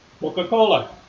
Coca-Cola